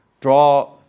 draw